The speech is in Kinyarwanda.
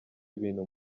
ibintu